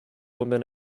woman